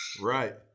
Right